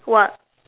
what